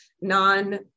non